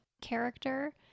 character